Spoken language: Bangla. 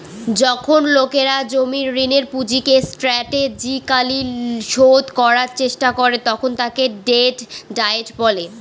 যখন লোকেরা জমির ঋণের পুঁজিকে স্ট্র্যাটেজিকালি শোধ করার চেষ্টা করে তখন তাকে ডেট ডায়েট বলে